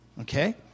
okay